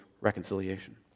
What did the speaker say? reconciliation